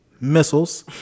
missiles